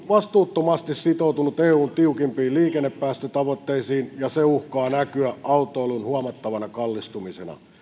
vastuuttomasti sitoutunut eun tiukimpiin liikennepäästötavoitteisiin ja se uhkaa näkyä autoilun huomattavana kallistumisena